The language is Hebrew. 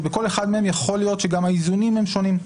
שבכל אחד מהם יכול להיות שגם האיזונים שונים.